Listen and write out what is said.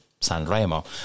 Sanremo